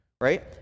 right